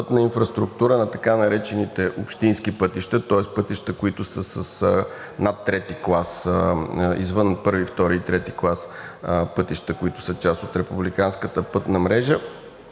пътна инфраструктура на така наречените общински пътища, тоест пътища, които са извън първи, втори и трети клас пътища, които са част от републиканската пътна мрежа,